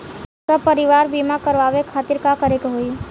सपरिवार बीमा करवावे खातिर का करे के होई?